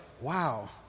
wow